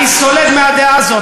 אני סולד מהדעה הזאת,